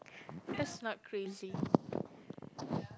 that's not crazy